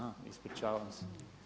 A ispričavam se.